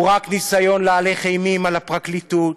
הוא רק ניסיון להלך אימים על הפרקליטות